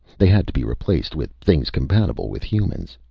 they had to be replaced with things compatible with humans.